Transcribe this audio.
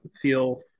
feel